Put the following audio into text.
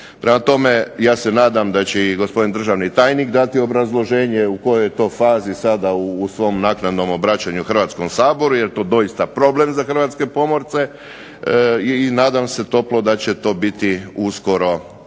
Prema tome, ja se nadam da će i gospodin državni tajnik dati obrazloženje u kojoj je to fazi sada u svom naknadnom obraćanju Hrvatskom saboru, jel to doista problem za hrvatske pomorce i nadam se toplo da će to biti uskoro riješeno